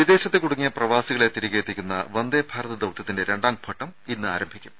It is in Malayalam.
വിദേശത്ത് കുടുങ്ങിയ പ്രവാസികളെ തിരികെയെത്തിക്കുന്ന വന്ദേഭാരത് ദൌത്യത്തിന്റെ രണ്ടാം ഘട്ടം ഇന്ന് ആരംഭിക്കും